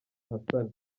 hassan